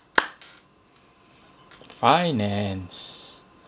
finance